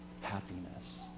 happiness